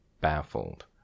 baffled